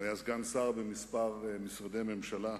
הוא היה סגן שר במספר משרדי ממשלה,